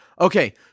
Okay